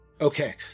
Okay